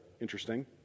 Interesting